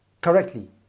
Correctly